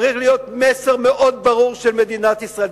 צריך להיות מסר מאוד ברור של מדינת ישראל,